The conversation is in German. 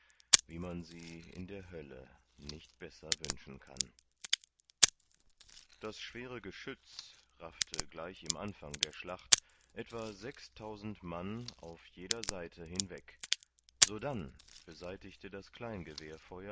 wie man sie in der hölle nicht besser wünschen kann das schwere geschütz raffte gleich im anfang der schlacht etwa sechstausend mann auf jeder seite hinweg sodann beseitigte das